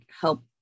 help